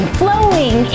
flowing